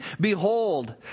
Behold